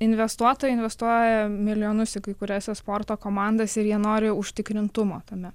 investuotojai investuoja milijonus į kai kurias jo sporto komandas ir jie nori užtikrintumo tame